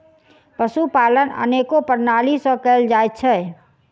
पशुपालन अनेको प्रणाली सॅ कयल जाइत छै